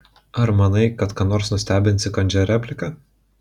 ar manai kad ką nors nustebinsi kandžia replika